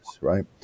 Right